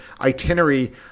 itinerary